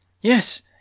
Yes